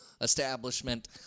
establishment